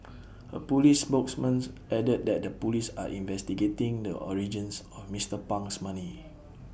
A Police spokesman added that the Police are investigating the origins of Mister Pang's money